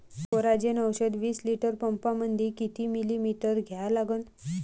Coragen औषध विस litre पंपामंदी किती मिलीमिटर घ्या लागन?